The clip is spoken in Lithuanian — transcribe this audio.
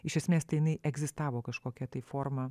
iš esmės tai jinai egzistavo kažkokia tai forma